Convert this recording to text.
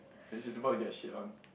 and she's about to get shit on